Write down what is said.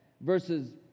versus